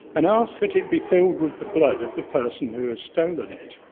and asks that it be filled with the blood of the person who has stolen it.